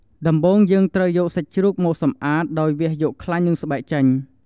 ដំបូងយើងត្រូវយកសាច់ជ្រូកមកសំអាតដោយវះយកខ្លាញ់និងស្បែកចេញ។